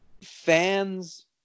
fans